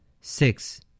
six